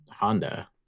Honda